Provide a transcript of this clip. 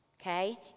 Okay